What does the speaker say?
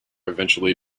eventually